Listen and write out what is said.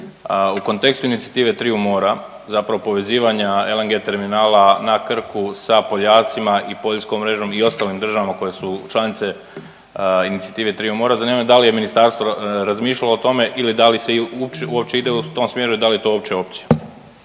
u kontekstu Inicijative triju mora zapravo povezivanja LNG terminala na Krku sa Poljacima i poljskom mrežom i ostalim državama koje su članice Inicijative triju mora, zanima me da li je ministarstvo razmišljalo o tome ili da li se uopće ide u tom smjeru i da li je to opće opće?